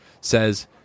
says